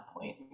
point